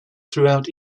throughout